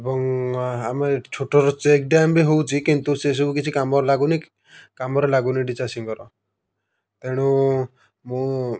ଏବଂ ଆମେ ଛୋଟ ଚେକ୍ ଡ୍ୟାମ୍ ବି ହେଉଛି କିନ୍ତୁ ସେସବୁ କିଛି କାମରେ ଲାଗୁନି କି କାମରେ ଲାଗୁନି ଏଠି ଚାଷୀଙ୍କର ତେଣୁ ମୁଁ